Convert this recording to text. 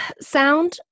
sound